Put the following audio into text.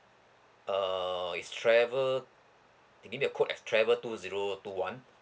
uh is travel it give me a code as travel two zero two one